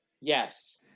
Yes